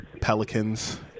Pelicans